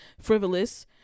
frivolous